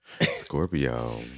Scorpio